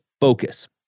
focus